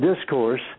discourse